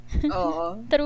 True